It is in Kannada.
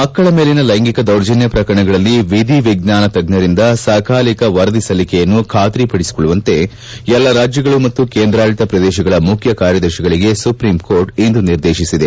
ಮಕ್ಕಳ ಮೇಲನ ಲೈಂಗಿಕ ದೌರ್ಜನ್ನ ಪ್ರಕರಣಗಳಲ್ಲಿ ವಿಧಿ ವಿಜ್ವಾನ ತಜ್ಞರಿಂದ ಸಕಾಲಿಕ ವರದಿ ಸಲ್ಲಿಕೆಯನ್ನು ಖಾತರಿ ಪಡಿಸಿಕೊಳ್ಳುವಂತೆ ಎಲ್ಲಾ ರಾಜ್ಞಗಳು ಮತ್ತು ಕೇಂದ್ರಾಡಳಿತ ಪ್ರದೇಶಗಳ ಮುಖ್ಯ ಕಾರ್ಯದರ್ತಿಗಳಿಗೆ ಸುಪೀಂಕೋರ್ಟ್ ಇಂದು ನಿರ್ದೇಶಿಸಿದೆ